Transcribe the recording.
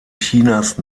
chinas